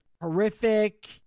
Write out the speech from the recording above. horrific